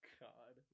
god